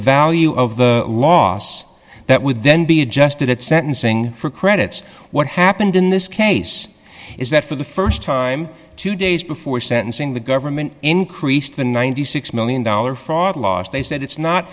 value of the loss that would then be adjusted at sentencing for credits what happened in this case is that for the st time two days before sentencing the government increased the ninety six million dollar fraud loss they said